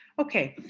okay.